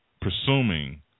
presuming